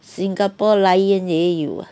singapore lion 也有 ah